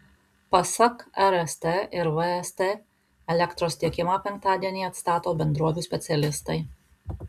pasak rst ir vst elektros tiekimą penktadienį atstato bendrovių specialistai